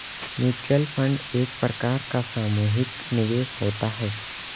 mutual fund एक प्रकार का सामुहिक निवेश होता है